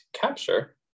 capture